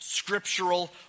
Scriptural